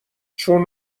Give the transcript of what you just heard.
چون